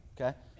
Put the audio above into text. okay